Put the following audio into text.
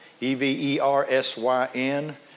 E-V-E-R-S-Y-N